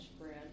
bread